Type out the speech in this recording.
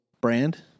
Brand